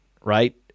right